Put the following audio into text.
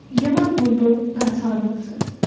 یِمَن ہُنٛد بہٕ گژھان ٲسٕس